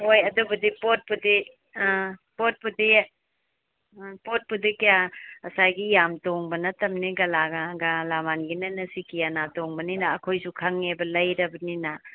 ꯍꯣꯏ ꯑꯗꯨꯕꯨꯗꯤ ꯄꯣꯠꯄꯨꯗꯤ ꯑꯥ ꯄꯣꯠꯄꯨꯗꯤ ꯑꯥ ꯄꯣꯠꯄꯨꯗꯤ ꯀꯌꯥ ꯉꯁꯥꯏꯒꯤ ꯌꯥꯝ ꯇꯣꯡꯕ ꯅꯠꯇꯕꯅꯤꯅ ꯒꯂꯥ ꯃꯥꯟꯒꯤꯅꯤꯅ ꯁꯤꯀꯤ ꯑꯅꯥ ꯇꯣꯡꯕꯅꯤꯅ ꯑꯩꯈꯣꯏꯁꯨ ꯈꯪꯉꯦꯕ ꯂꯩꯔꯕꯅꯤꯅ